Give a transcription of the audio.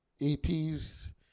80s